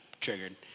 triggered